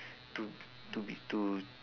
to to be to